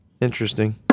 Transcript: Interesting